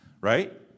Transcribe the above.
right